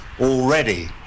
already